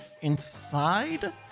inside